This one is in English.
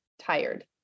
Tired